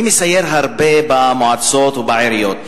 אני מסייר הרבה במועצות ובעיריות.